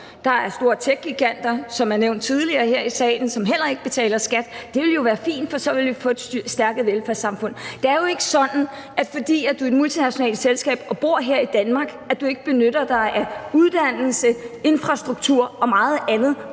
Der er store techgiganter, som er nævnt tidligere her i salen, som heller ikke betaler skat. Det ville jo være fint, for så ville vi få et stærkere velfærdssamfund. Det er jo ikke sådan, at fordi man er et multinationalt selskab og bor her i Danmark, at man ikke benytter sig af uddannelse, infrastruktur og meget andet,